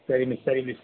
சரி மிஸ் சரி மிஸ்